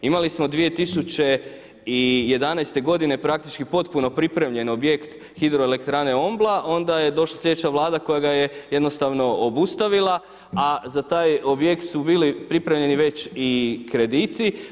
Imali smo 2011. g. praktički potpuno pripremljen objekt Hidroelektrane Ombla, onda je došla sljedeća vlada, koja ga je jednostavno obustavila, a za taj objekt su bili pripremljeni već i krediti.